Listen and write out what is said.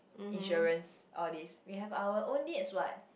insurance all these we have our own needs what